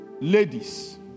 ladies